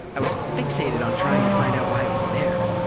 i was fixated on trying to find out why it was there.